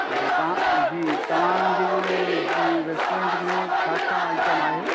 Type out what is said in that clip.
अच्छा तव्हांजी तव्हां जेकी रेस्टोरेंट में छा छा आइटम आहे